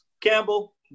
Campbell